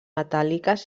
metàl·liques